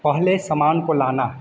पहले समान को लाना है